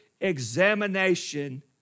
examination